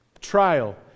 Trial